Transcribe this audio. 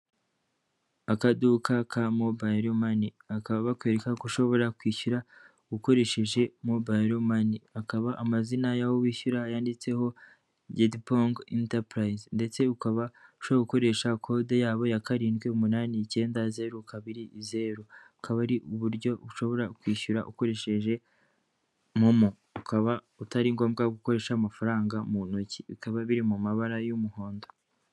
Akaduka ka mobayiro mani bakaba bakwereka ko ushobora kwishyura ukoresheje mobayiro mani akaba amazina y'aho wishyura yanditseho gedipongo intapurayizi ndetse ukaba ushaka gukoresha kode yabo ya karindwi umunani icyenda zeru kabiri zeru akaba ari uburyo ushobora kwishyura ukoresheje momo ukaba atari ngombwa gukoresha amafaranga mu ntoki bikaba biri mu mabara y'umuhondo.